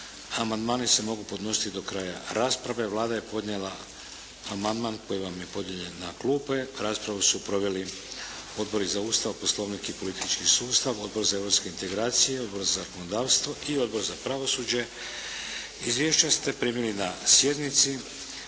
Amandmani se mogu podnositi do kraja rasprave. Vlada je podnijela amandman koji vam je podijeljen na klupe. Raspravu su proveli Odbor za Ustav, Poslovnik i politički sustav, Odbor za europske integracije, Odbor za zakonodavstvo i Odbor za pravosuđe. Izvješće ste primili na sjednici.